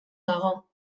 dago